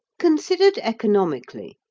considered economically,